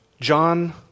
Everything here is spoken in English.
John